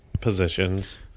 positions